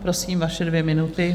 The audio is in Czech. Prosím, vaše dvě minuty.